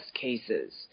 cases